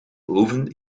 oven